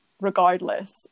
regardless